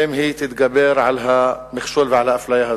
אם היא תתגבר על המכשול ועל האפליה הזאת.